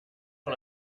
sur